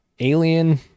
alien